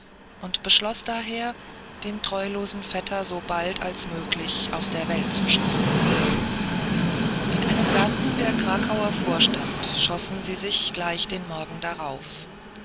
und beschloß daher den treulosen vetter sobald als möglich aus der welt zu schaffen in einem garten der krakauer vorstadt schossen sie sich gleich den morgen darauf